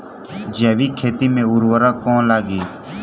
जैविक खेती मे उर्वरक कौन लागी?